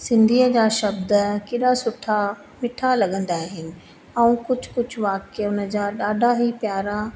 सिंधीअ जा शब्द केॾा सुठा मिठा लॻंदा आहिनि ऐं कुझु कुझु वाक्य हुनजा ॾाढा ई प्यारा